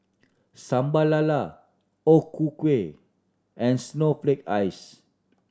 Sambal Lala O Ku Kueh and snowflake ice